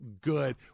good